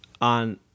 On